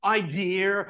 idea